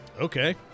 Okay